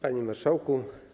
Panie Marszałku!